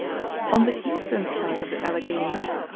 on the eastern side of the alleghanies,